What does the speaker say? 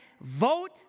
Vote